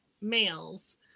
males